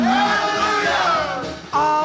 Hallelujah